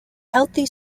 healthy